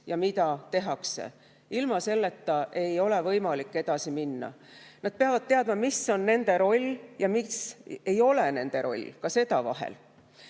ja miks tehakse. Ilma selleta ei ole võimalik edasi minna. Kõik peavad teadma, mis on nende roll ja mis ei ole nende roll – ka seda vahel.